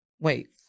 Wait